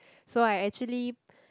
so I actually